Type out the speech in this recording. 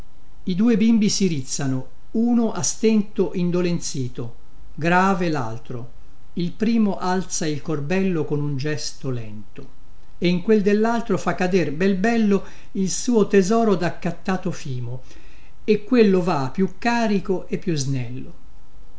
i due bimbi si rizzano uno a stento indolenzito grave laltro il primo alza il corbello con un gesto lento e in quel dellaltro fa cader bel bello il suo tesoro daccattato fimo e quello va più carico e più snello